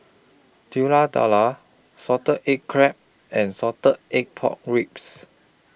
Telur Dadah Salted Egg Crab and Salted Egg Pork Ribs